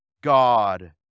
God